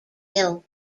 gill